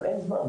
אבל אין זמן,